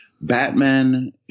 Batman